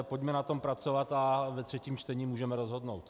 Pojďme na tom pracovat a ve třetím čtení můžeme rozhodnout.